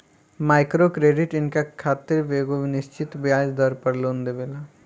micro credit इनका खातिर एगो निश्चित ब्याज दर पर लोन देवेला